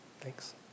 Thanks